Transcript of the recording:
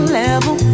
level